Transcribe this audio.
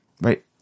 right